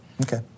Okay